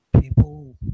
people